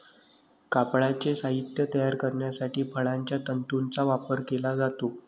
कापडाचे साहित्य तयार करण्यासाठी फळांच्या तंतूंचा वापर केला जातो